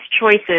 choices